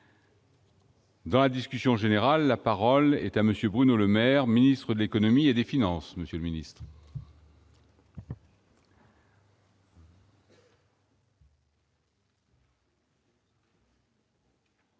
Dans la discussion générale, la parole est à monsieur Bruno Le Maire, ministre de l'Économie et des finances